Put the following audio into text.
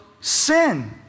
sin